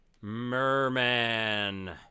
Merman